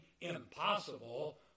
impossible